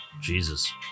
Jesus